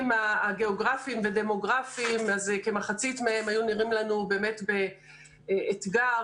הגיאוגרפיים והדמוגרפיים כמחציתם היו נראים לנו באמת באתגר,